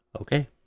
Okay